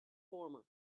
former